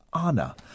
Anna